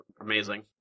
amazing